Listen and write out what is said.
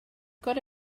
got